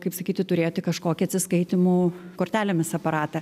kaip sakyti turėti kažkokį atsiskaitymų kortelėmis aparatą